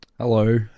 Hello